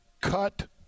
cut